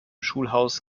schulhaus